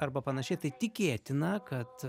arba panašiai tai tikėtina kad